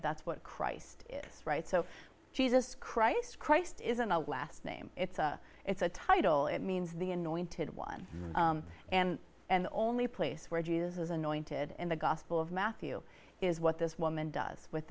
that's what christ is right so jesus christ christ isn't a last name it's a it's a title it means the anointed one and and the only place where jesus is anointed in the gospel of matthew is what this woman does with